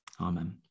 Amen